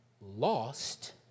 lost